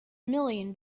million